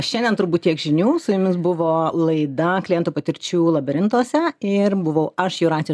šiandien turbūt tiek žinių su jumis buvo laida klientų patirčių labirintuose ir buvau aš jūratė